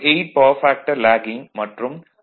8 power factor lagging மற்றும் 0